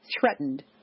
threatened